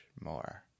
more